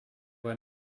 were